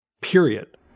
period